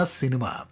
cinema